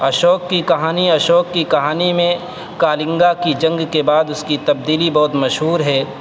اشوک کی کہانی اشوک کی کہانی میں کالنگا کی جنگ کے بعد اس کی تبدیلی بہت مشہور ہے